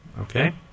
Okay